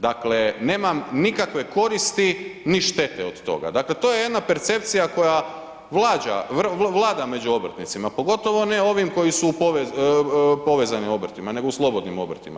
Dakle, nemam nikakve koristi ni štete od toga, dakle to je jedna percepcija koja vlada među obrtnicima, pogotovo ne ovim koji su povezani obrtima nego u slobodnim obrtima.